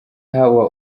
hawa